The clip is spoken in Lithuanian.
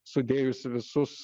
sudėjus visus